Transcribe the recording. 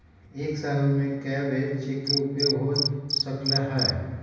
एक साल में कै बेर चेक के उपयोग हो सकल हय